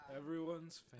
Everyone's